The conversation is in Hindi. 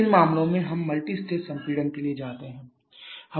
इन मामलों में हम मल्टीस्टेज संपीड़न के लिए जाते हैं